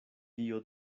dio